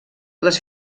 les